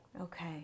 Okay